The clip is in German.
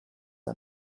ein